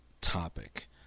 topic